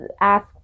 ask